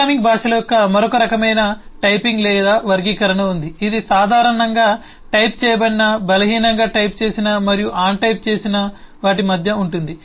programming భాషల యొక్క మరొక రకమైన టైపింగ్ లేదా వర్గీకరణ ఉంది ఇది సాధారణంగా టైప్ చేయబడిన బలహీనంగా టైప్ చేసిన మరియు అన్ టైప్ చేసిన వాటి మధ్య ఉంటుంది